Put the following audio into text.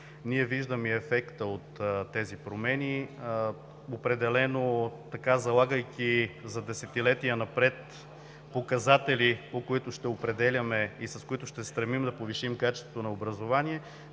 ние виждаме и ефекта от тези промени. Определено, залагайки за десетилетия напред показатели, по които ще определяме и с които ще се стремим да повишим качеството на образованието,